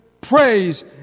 praise